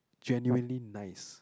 genuinely nice